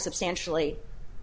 substantially